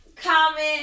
comment